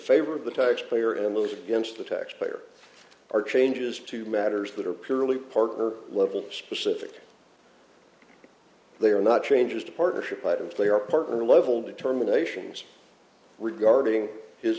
favor of the tax payer and those against the taxpayer or changes to matters that are purely partner level specific they are not changes to partnership items they are partner level determinations regarding his